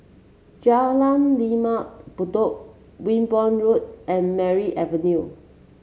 Jalan Lembah Bedok Wimborne Road and Merryn Avenue